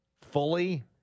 fully